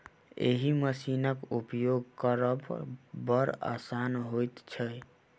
एहि मशीनक उपयोग करब बड़ आसान होइत छै